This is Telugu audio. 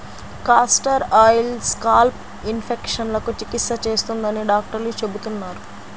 కాస్టర్ ఆయిల్ స్కాల్ప్ ఇన్ఫెక్షన్లకు చికిత్స చేస్తుందని డాక్టర్లు చెబుతున్నారు